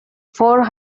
four